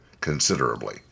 considerably